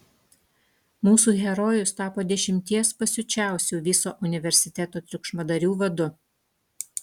mūsų herojus tapo dešimties pasiučiausių viso universiteto triukšmadarių vadu